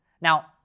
now